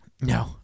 No